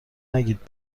نگید